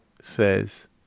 Says